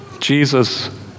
Jesus